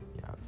yes